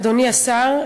אדוני השר,